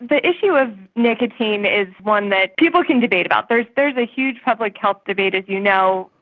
the issue of nicotine is one that people can debate about. there's there's a huge public health debate, as you know,